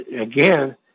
again